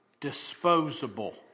disposable